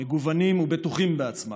מגוונים ובטוחים בעצמם.